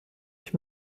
ich